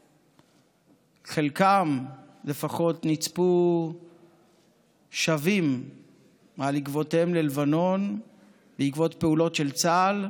וחלקם לפחות נצפו שבים על עקבותיהם ללבנון בעקבות פעולות של צה"ל.